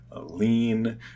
lean